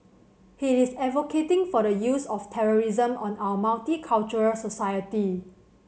he is advocating for the use of terrorism on our multicultural society